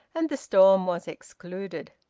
and the storm was excluded.